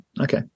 okay